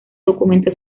documento